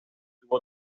tuvo